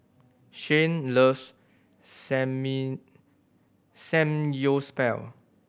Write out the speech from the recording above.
Shane loves Samgyeopsal